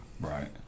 Right